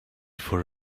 for